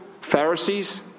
Pharisees